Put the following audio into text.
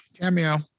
cameo